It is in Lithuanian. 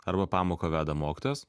arba pamoką veda mokytojas